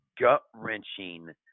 gut-wrenching